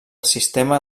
sistema